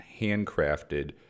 handcrafted